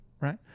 Right